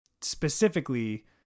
specifically